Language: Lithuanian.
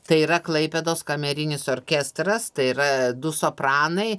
tai yra klaipėdos kamerinis orkestras tai yra du sopranai